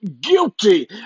guilty